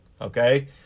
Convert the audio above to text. Okay